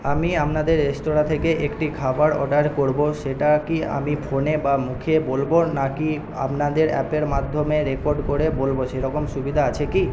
আমি আপনাদের রেস্তোরাঁ থেকে একটি খাবার অর্ডার করব সেটা কি আমি ফোনে বা মুখে বলব নাকি আপনাদের অ্যাপের মাধ্যমে রেকর্ড করে বলব সেরকম সুবিধা আছে কি